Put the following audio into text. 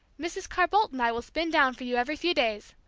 mrs. carr-boldt and i will spin down for you every few days,